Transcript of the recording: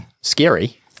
Scary